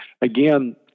again